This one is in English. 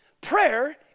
Prayer